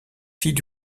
fille